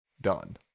done